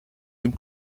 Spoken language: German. dem